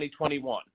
2021